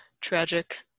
tragic